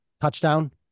touchdown